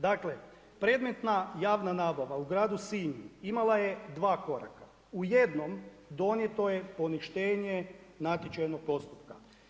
Dakle, predmetna javna nabava u gradu Sinju imala je dva koraka, u jednom donijeto je poništenje natječajnog postupka.